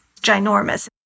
ginormous